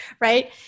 right